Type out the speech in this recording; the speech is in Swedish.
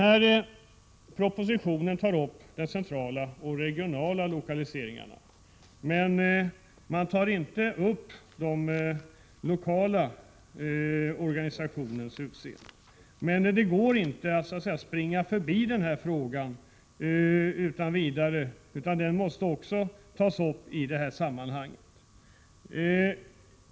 I propositionen behandlas centrala och regionala lokaliseringsfrågor, men man tar inte upp den lokala organisationens utseende. Man kan dock inte utan vidare gå förbi den frågan, utan även den måste tas upp i detta sammanhang.